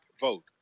vote